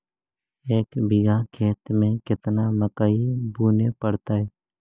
एक बिघा खेत में केतना मकई बुने पड़तै?